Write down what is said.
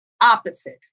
opposite